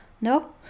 no